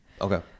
Okay